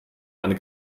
eine